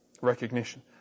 recognition